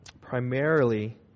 primarily